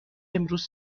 امروز